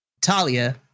Talia